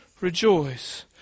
Rejoice